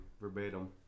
verbatim